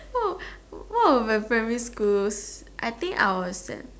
what what would my primary school's I think I will attend